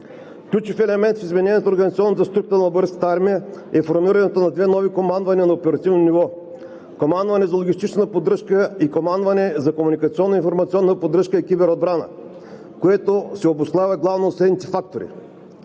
Ключов елемент в изменението на организационната структура на Българската армия е формирането на две нови командвания на оперативно ниво – командване за логистична поддръжка и командване за комуникационно-информационна поддръжка и киберотбрана, което се обуславя главно от следните фактори: